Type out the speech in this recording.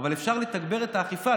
אבל אפשר לתגבר את האכיפה.